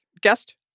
guest